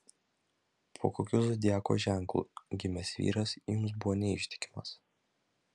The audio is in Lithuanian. po kokiu zodiako ženklu gimęs vyras jums buvo neištikimas